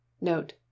note